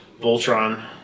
Voltron